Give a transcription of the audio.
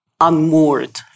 unmoored